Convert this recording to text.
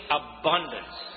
abundance